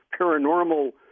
paranormal